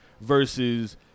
versus